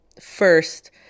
first